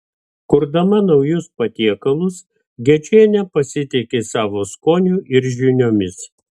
kurdama naujus patiekalus gečienė pasitiki savo skoniu ir žiniomis